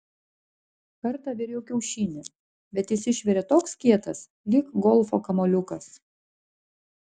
kartą viriau kiaušinį bet jis išvirė toks kietas lyg golfo kamuoliukas